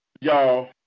y'all